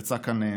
יצא מכאן